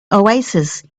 oasis